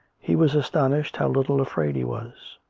he was astonished how little afraid he was.